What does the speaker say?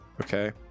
Okay